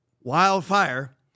wildfire